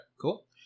Cool